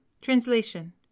TRANSLATION